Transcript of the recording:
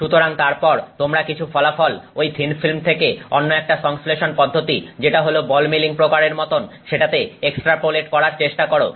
সুতরাং তারপর তোমরা কিছু ফলাফল ঐ থিন ফিল্ম থেকে অন্য একটা সংশ্লেষণ পদ্ধতি যেটা হল বল মিলিং প্রকারের মতন সেটাতে এক্সট্রাপোলেট করার চেষ্টা করো